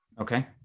Okay